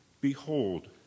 behold